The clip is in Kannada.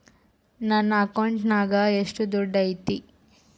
ನನ್ನ ಅಕೌಂಟಿನಾಗ ಎಷ್ಟು ದುಡ್ಡು ಐತಿ?